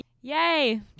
Yay